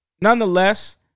Nonetheless